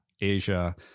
Asia